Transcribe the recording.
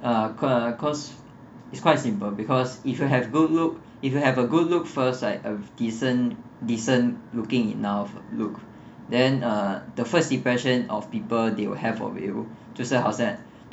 uh cau~ uh cause it's quite simple because if you have good look if you have a good look first like a decent decent looking enough look then err the first impression of people they will have of you